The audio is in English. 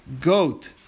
goat